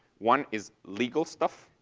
one is legal stuff.